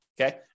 okay